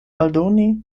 aldoni